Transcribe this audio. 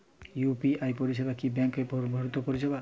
UPI পরিসেবা কি bank বর্হিভুত পরিসেবা?